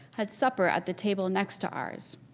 had supper at the table next to ours.